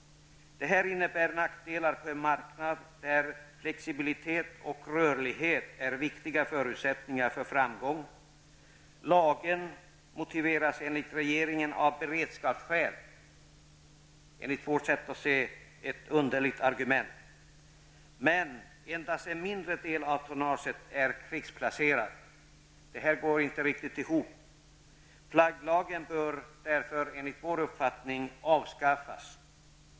Detta innebär nackdelar på en marknad där flexibilitet och rörlighet är viktiga förutsättningar för framgång. Lagen motiveras enligt regeringen av beredskapsskäl -- ett underligt argument -- men endast en mindre del av tonnaget är krigsplacerat. Detta går inte riktigt ihop. Flagglagen bör därför avskaffas.